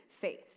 faith